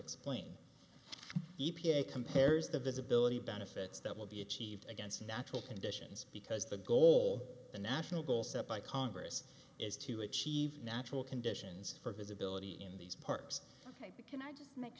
explain e p a compares the visibility benefits that will be achieved against natural conditions because the goal the national goal set by congress is to achieve natural conditions for visibility in these parks ok but can i just make